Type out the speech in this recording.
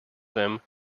them